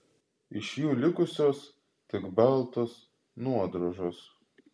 iš jų likusios tik baltos nuodrožos